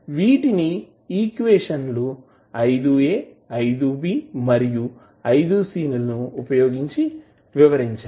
వీటిని ఈక్వేషన్ లు మరియు లను ఉపయోగించి వివరించారు